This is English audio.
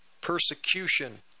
persecution